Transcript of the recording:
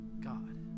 God